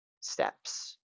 steps